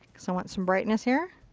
so want some brightness here.